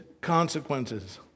consequences